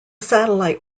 satellite